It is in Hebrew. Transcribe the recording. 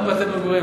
גם בתי מגורים.